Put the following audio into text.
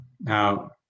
Now